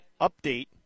update